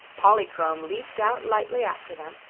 polychrome leaped out lightly after them,